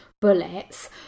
bullets